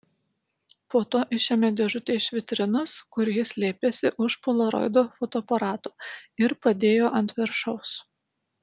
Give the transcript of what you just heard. po to išėmė dėžutę iš vitrinos kur ji slėpėsi už polaroido fotoaparato ir padėjo ant viršaus